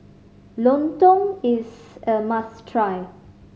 lontong is a must try